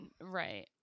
Right